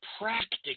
practically